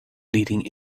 leading